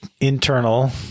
internal